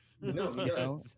No